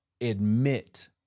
admit